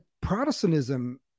Protestantism